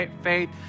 faith